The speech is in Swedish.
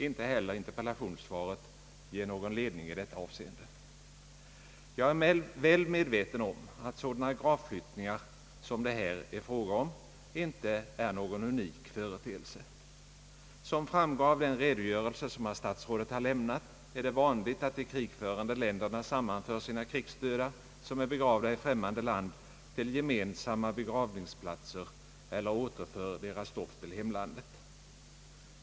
Inte heller interpellationssvaret ger någon ledning i detta avseende. Jag är väl medveten om att sådana gravflyttningar som det här är fråga om inte är någon unik företeelse. Som framgår av den redogörelse som herr statsrådet har lämnat är det vanligt att de krigförande länderna sammanför sina krigsdöda som är begravda i främmande land till gemensamma begravningsplatser eller återför deras stoft till hemlandet.